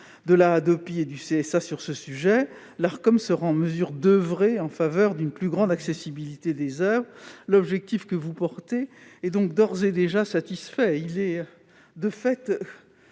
de la Hadopi et du CSA sur ce sujet, l'Arcom sera en mesure d'agir en faveur d'une plus grande accessibilité des oeuvres. Ainsi, l'objectif que vous portez est d'ores et déjà satisfait, car il est de fait